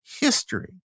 history